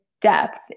depth